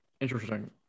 interesting